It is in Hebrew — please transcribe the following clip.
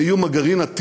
איום הגרעין, הטילים,